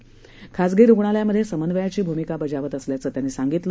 आम्ही खाजगी रुग्णालयामध्ये समन्वयाची भूमिका बजावत असल्याचंही त्यांनी सांगितलं